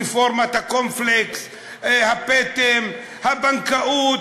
רפורמת הקורנפלקס, הפטם, הבנקאות,